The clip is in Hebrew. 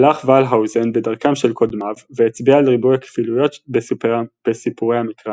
הלך ולהאוזן בדרכם של קודמיו והצביע על ריבוי הכפילויות בסיפורי המקרא